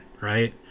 right